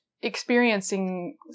experiencing